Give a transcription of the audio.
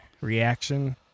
reaction